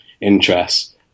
interests